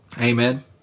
Amen